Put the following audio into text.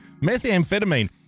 Methamphetamine